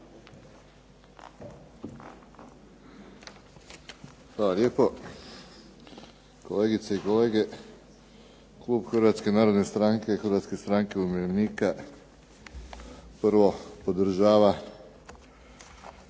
Hvala lijepo. Kolegice i kolege. Klub Hrvatske narodne stranke i Hrvatske stranke umirovljenika prvo podržava